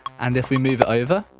and if we move it over